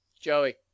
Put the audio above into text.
Joey